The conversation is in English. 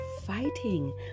fighting